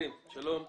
שלום,